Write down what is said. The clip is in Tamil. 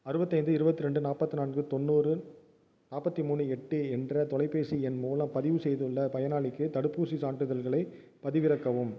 அறுபத்தைந்து இருபத்ரெண்டு நாற்பத்து நான்கு தொண்ணூறு நாற்பத்தி மூணு எட்டு என்ற தொலைபேசி எண் மூலம் பதிவு செய்துள்ள பயனாளிக்கு தடுப்பூசிச் சான்றிதழ்களைப் பதிவிறக்கவும்